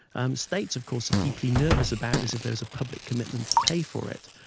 and states, of course, are deeply nervous about this if there's a public commitment to pay for it,